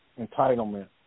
entitlement